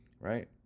Right